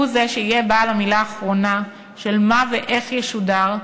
הוא זה שיהיה בעל המילה האחרונה של מה ואיך ישודר,